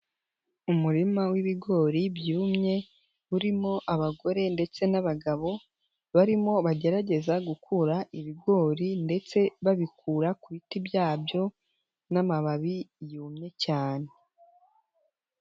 Umurima wibigori byumye urimo abagore ndetse n'abagabo, barimo bagerageza gukura ibigori ndetse babikura ku biti byabyo n'amababi yumye cyane.